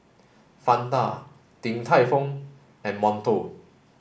Fanta Din Tai Fung and Monto